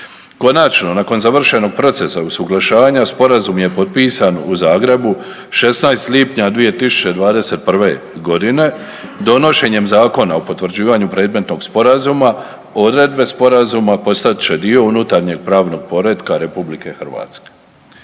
Konačno, nakon završenog procesa usuglašavanja, Sporazum je potpisan u Zagrebu 16. lipnja 2021. g. donošenje zakona o potvrđivanju predmetnog Sporazuma, odredbe Sporazuma postat će dio unutarnjeg pravnog poretka RH. Šta će